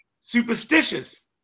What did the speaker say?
superstitious